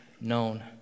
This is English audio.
known